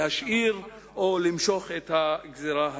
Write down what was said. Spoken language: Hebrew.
להשאיר או למשוך את הגזירה הזאת.